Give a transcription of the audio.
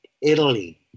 Italy